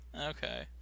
Okay